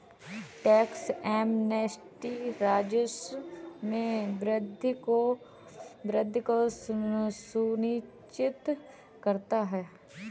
tax amnesty राजस्व में वृद्धि को सुनिश्चित करता है